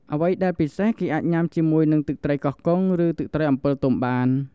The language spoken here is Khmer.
អ្វីដែលពិសេសគេអាចញ៉ាំជាមួយនឹងទឹកត្រីកោះកុងឬទឹកត្រីអំពិលទុំបាន។